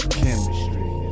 chemistry